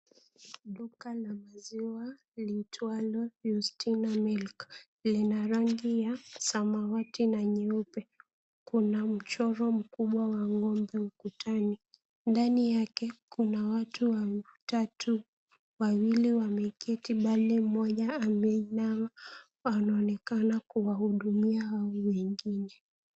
Duka la maziwa, liitwalo Yustina Milk. Lina rangi ya samawati na nyeuoe. Kuna mchoro mkubwa wa ng'ombe ukutani. Ndani yake, kuna watu watatu wawili wameketi bali mmoja ameinama anaonekana kuwahudumia hawa wengine.